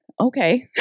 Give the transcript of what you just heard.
Okay